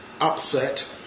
upset